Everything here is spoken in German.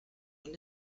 und